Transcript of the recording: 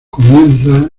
comienza